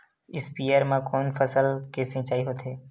स्पीयर म कोन फसल के सिंचाई होथे?